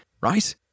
Right